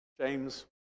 James